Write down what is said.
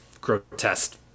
grotesque